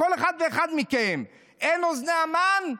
כל אחד ואחד מכם: אם אין אוזני המן,